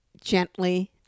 gently